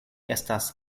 estas